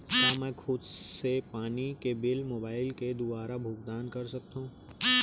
का मैं खुद से पानी के बिल मोबाईल के दुवारा भुगतान कर सकथव?